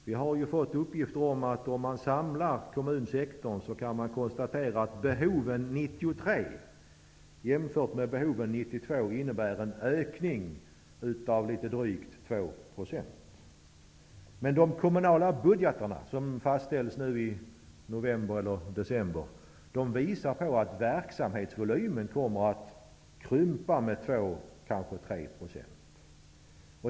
Vi har fått uppgifter om att om man samlar kommunsektorn kan man konstatera att det mellan behoven 1992 och 1993 finns en ökning på drygt 2 %. De kommunala budgetarna, som fastställs i november eller december, visar att verksamhetsvolymen kommer att krympa med 2-- 3 %.